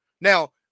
Now